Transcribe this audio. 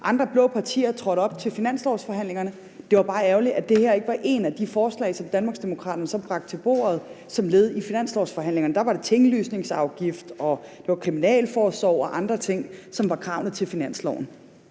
andre blå partier trådte op til finanslovsforhandlingerne. Det var bare ærgerligt, at det her ikke var et af de forslag, som Danmarksdemokraterne så bragte til bordet som led i finanslovsforhandlingerne. Der var det et tinglysningsafgift og kriminalforsorg og andre ting, som var kravene til finansloven.